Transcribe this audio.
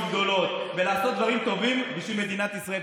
גדולות ולעשות דברים טובים בשביל מדינת ישראל.